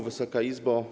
Wysoka Izbo!